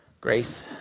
Grace